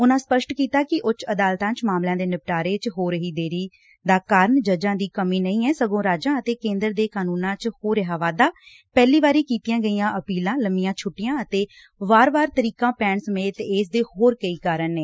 ਉਨਾਂ ਸਪਸ਼ਟ ਕੀਤਾ ਕਿ ਉੱਚ ਅਦਾਲਤਾਂ ਚ ਮਾਮਲਿਆਂ ਦੇ ਨਿਪਟਾਰੇ ਚ ਹੋ ਰਹੀ ਦੇਰੀ ਦਾ ਕਾਰਨ ਜੱਜਾਂ ਦੀ ਕਮੀ ਨਹੀਂ ਐ ਸਗੋਂ ਰਾਜਾਂ ਅਤੇ ਕੇਂਦਰ ਦੇ ਕਾਨੁੰਨਾਂ ਚ ਹੋ ਰਿਹਾ ਵਾਧਾ ਪਹਿਲੀ ਵਾਰੀ ਕੀਤੀਆਂ ਗਈਆਂ ਅਪੀਲਾਂ ਲੰਮੀਆਂ ਛੂੱਟੀਆਂ ਅਤੇ ਵਾਰ ਵਾਰ ਤਾਰੀਕਾਂ ਪੈਣ ਸਮੇਤ ਇਸ ਦੇ ਹੋਰ ਕਈ ਕਾਰਨ ਨੇ